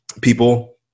people